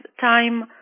time